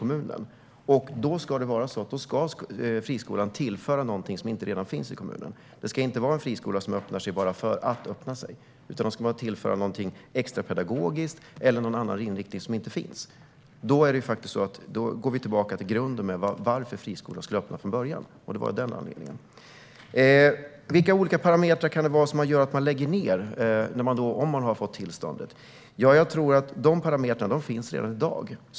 Det ska vara så att friskolan tillför någonting som inte redan finns i kommunen. En friskola ska inte kunna öppna bara för att, utan man ska tillföra någonting pedagogiskt eller erbjuda en inriktning som inte finns. Då går vi tillbaka till grunden till varför friskolor ska kunna öppna. Det var av den anledningen. Vilka olika parametrar kan det vara som gör att man måste lägga ned om man har fått tillstånd? Jag tror att dessa parametrar finns redan i dag.